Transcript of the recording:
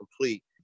complete